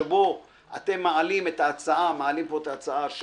שבו אתם מעלים פה את ההצעה,